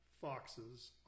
foxes